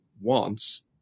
wants